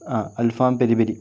ആ അൽഫാം പെരി പെരി